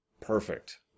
Perfect